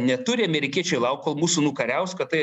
neturi amerikiečiai laukt kol mūsų nukariaus kad tai